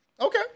Okay